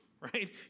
right